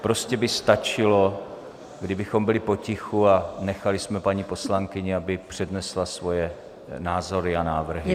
Prostě by stačilo, kdybychom byli potichu a nechali jsme paní poslankyni, aby přednesla svoje názory a návrhy.